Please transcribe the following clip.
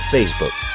Facebook